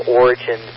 origin